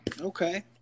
Okay